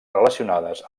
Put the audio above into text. relacionades